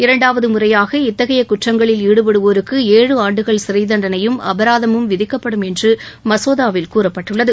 இரண்டாவது முறையாக இத்தகைய குற்றங்களில் ஈடுபடுவோருக்கு ஏழு ஆண்டுகள் சிறை தண்டனையும் அபராதமும் விதிக்கப்படும் என்று மசோதாவில் கூறப்பட்டுள்ளது